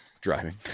Driving